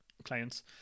clients